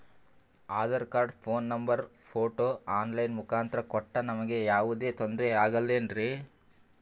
Aadhaar card, phone number, photo online ಮುಖಾಂತ್ರ ಕೊಟ್ರ ನಮಗೆ ಯಾವುದೇ ತೊಂದ್ರೆ ಆಗಲೇನ್ರಿ?